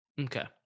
Okay